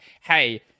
hey